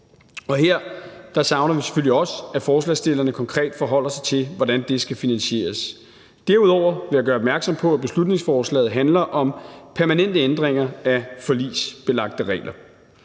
Her savner vi selvfølgelig også, at forslagsstillerne konkret forholder sig til, hvordan det skal finansieres. Derudover vil jeg gøre opmærksom på, at beslutningsforslaget handler om permanente ændringer af forligsbelagte regler.